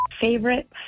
Favorite